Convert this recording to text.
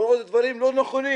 לראות דברים לא נכונים.